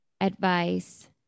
advice